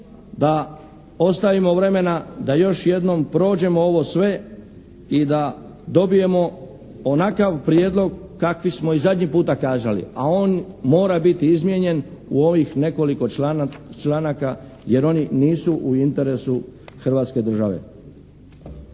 da ostavimo vremena da još jednom prođemo ovo sve i da dobijemo onakav prijedlog kakvi smo i zadnji puta kazali, a on mora biti izmijenjen u ovih nekoliko članaka jer oni nisu u interesu Hrvatske države.